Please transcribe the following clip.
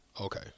Okay